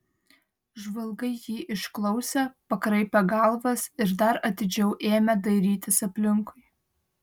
žvalgai jį išklausė pakraipė galvas ir dar atidžiau ėmė dairytis aplinkui